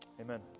Amen